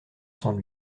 sans